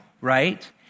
right